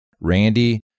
Randy